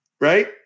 right